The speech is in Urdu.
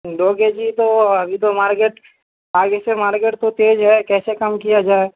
دو کے جی تو ابھی تو مارکیٹ آگے سے مارکیٹ تو تیز ہے کیسے کم کیا جائے